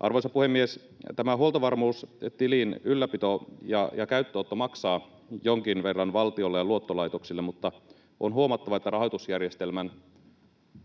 Arvoisa puhemies! Tämän huoltovarmuustilin ylläpito ja käyttöönotto maksavat jonkin verran valtiolle ja luottolaitoksille, mutta on huomattava, että rahoitusjärjestelmän